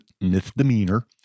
misdemeanor